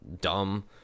dumb